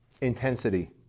intensity